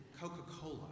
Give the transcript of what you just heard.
Coca-Cola